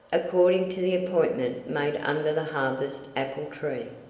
according to the appointment made under the harvest apple tree.